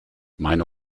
meine